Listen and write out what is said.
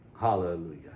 Hallelujah